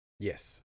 yes